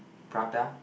prata